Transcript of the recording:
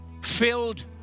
filled